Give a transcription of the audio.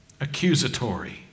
accusatory